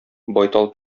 байтал